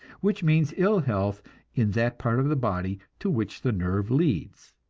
which means ill-health in that part of the body to which the nerve leads.